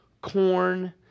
corn